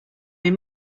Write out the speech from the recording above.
les